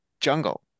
jungle